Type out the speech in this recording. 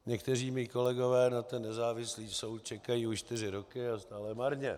Někteří mí kolegové na ten nezávislý soud čekají už čtyři roky a stále marně.